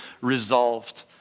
resolved